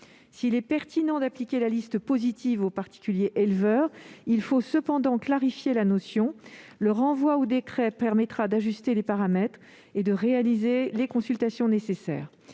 S'il est pertinent d'appliquer la liste positive aux particuliers éleveurs, il faut clarifier cette notion. Le renvoi au décret permettra d'ajuster les paramètres et de réaliser les consultations nécessaires.